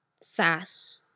Sass